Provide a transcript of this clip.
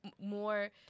more